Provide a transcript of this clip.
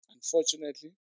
Unfortunately